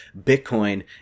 Bitcoin